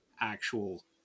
actual